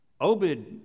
Obed